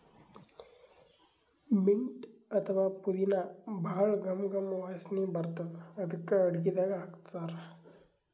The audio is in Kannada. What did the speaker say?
ಮಿಂಟ್ ಅಥವಾ ಪುದಿನಾ ಭಾಳ್ ಘಮ್ ಘಮ್ ವಾಸನಿ ಬರ್ತದ್ ಅದಕ್ಕೆ ಅಡಗಿದಾಗ್ ಹಾಕ್ತಾರ್